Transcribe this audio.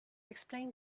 explain